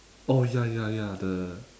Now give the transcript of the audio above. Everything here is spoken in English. oh ya ya ya the